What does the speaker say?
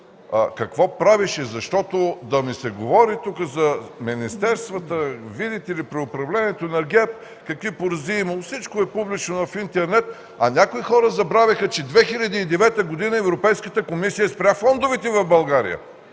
какво правеше? Да ни се говори тук за министерствата, видите ли, при управлението на ГЕРБ какви поразии имало. Всичко е публично в интернет. Някои хора обаче забравиха, че в 2009 г. Европейската комисия спря фондовете в България,